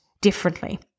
differently